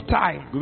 time